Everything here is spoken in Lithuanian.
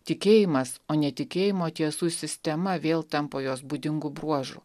tikėjimas o ne tikėjimo tiesų sistema vėl tampa jos būdingu bruožu